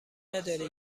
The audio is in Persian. نداری